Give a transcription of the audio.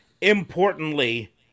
importantly